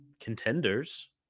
contenders